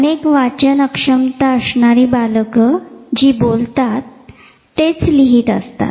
अनेक वाचन अक्षमता असणारी बालके जे बोलतात ते लिहित असतात